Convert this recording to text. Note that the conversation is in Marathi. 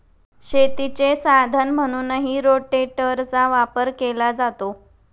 शेतीचे साधन म्हणूनही रोटेटरचा वापर केला जातो